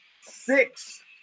six